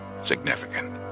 significant